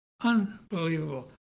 Unbelievable